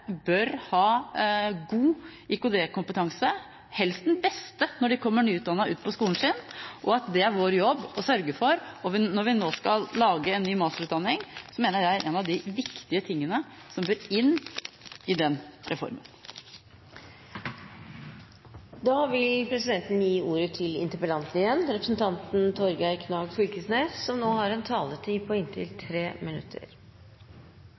bør ha god IKT-kompetanse, helst den beste, når de kommer nyutdannet ut til skolen sin, og at det er det vår jobb å sørge for. Når vi nå skal lage en ny masterutdanning, mener jeg at det er en av de viktige tingene som bør inn i den reformen. Eg vil takke for fine innlegg frå mine medrepresentantar også. Eg trur Marianne Aasen sa det ganske bra: Det har